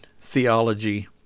theology